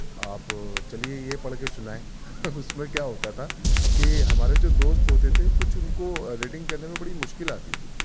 آپ چلیے یہ پڑھ کے سنائیں اس میں کیا ہوتا تھا کہ ہمارے جو دوست ہوتے تھے کچھ ان کو ریڈنگ کرنے میں بڑی مشکل آتی تھی